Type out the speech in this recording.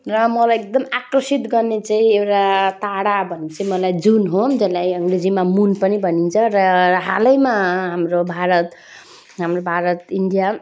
यहाँ मलाई एकदम आकर्षित गर्ने चाहिँ एउटा टाढा भनेपछि मलाई जुन हो जसलाई अङ्ग्रेजीमा मुन पनि भनिन्छ र हालैमा हाम्रो भारत हाम्रो भारत इन्डिया